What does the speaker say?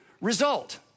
result